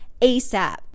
ASAP